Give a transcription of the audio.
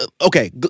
okay